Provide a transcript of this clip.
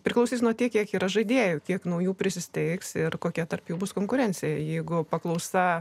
priklausys nuo tiek kiek yra žaidėjų kiek naujų prisisteigs ir kokia tarp jų bus konkurencija jeigu paklausa